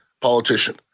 politician